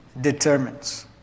determines